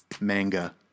manga